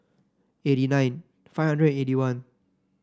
eighty nine five hundred and eighty one